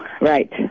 Right